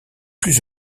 plus